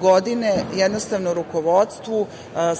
godine rukovodstvu